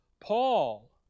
Paul